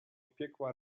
piekła